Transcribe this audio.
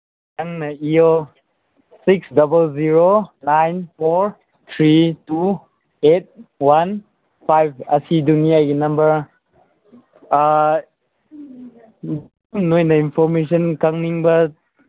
ꯅꯪꯅ ꯏꯌꯣ six double zero nine four three two eight one five ꯑꯁꯤꯗꯨꯅꯤ ꯑꯩꯒꯤ ꯅꯝꯕꯔ ꯑꯥ ꯅꯣꯏꯅ ꯏꯟꯐꯣꯔꯃꯦꯁꯟ ꯈꯪꯅꯤꯡꯕ